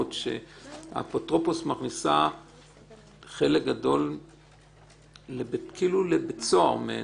שהאפוטרופוס מכניס חלק גדול כאילו לבית סוהר,